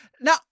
Now